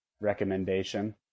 recommendation